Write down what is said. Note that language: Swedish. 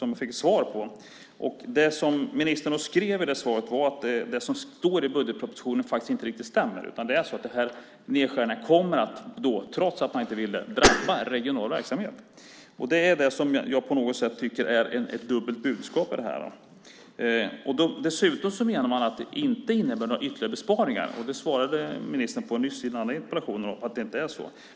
I det svaret skrev ministern att det som står i budgetpropositionen inte riktigt stämmer. De här nedskärningarna kommer att, trots att man inte vill det, drabba regional verksamhet. Det tycker jag är ett dubbelt budskap i detta. Dessutom menar man att det inte innebär några ytterligare besparingar. I den andra interpellationsdebatten svarade ministern nyss att det inte är så.